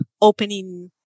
opening